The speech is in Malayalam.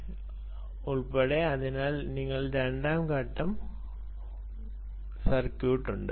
ഇലക്ട്രോണിക് ഉൾപ്പെടെ അതിനാൽ നിങ്ങൾക്ക് രണ്ട് ഘട്ട ഓപ് ആം സർക്യൂട്ട് ഉണ്ട്